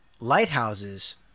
lighthouses